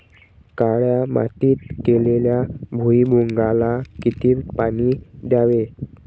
काळ्या मातीत केलेल्या भुईमूगाला किती पाणी द्यावे?